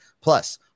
Plus